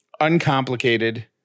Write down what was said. Uncomplicated